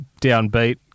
downbeat